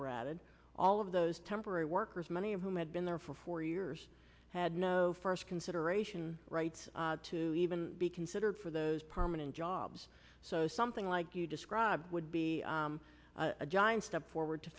were added all of those temporary workers many of whom had been there for four years had no first consideration right to even be considered for those permanent jobs so something like you describe would be a giant step forward to